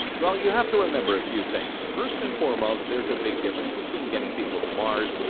well you have to remember a few things, first and foremost, there's a big difference between getting people to mars,